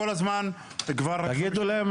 תגידו להם,